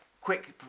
quick